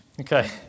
Okay